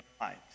lives